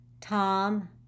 Tom